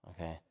okay